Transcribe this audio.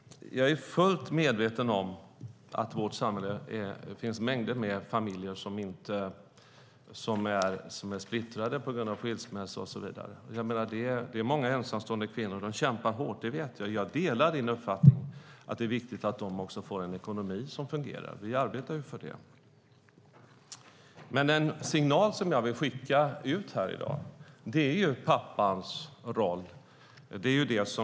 Jag är fullt medveten om att det i vårt samhälle finns mängder med familjer som är splittrade på grund av skilsmässa och annat. Många ensamstående kvinnor kämpar hårt. Det vet jag. Jag delar uppfattningen att det är viktigt att de får en ekonomi som fungerar. Vi arbetar för det. En signal som jag vill skicka ut i dag gäller pappans roll.